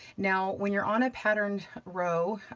now, when you're on a pattern row,